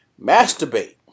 masturbate